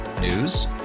News